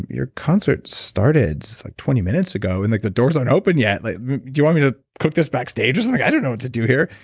your concert started like twenty minutes ago, and like the doors aren't open yet. like do you want me to cook this backstage or something? i don't know what do here.